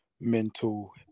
mental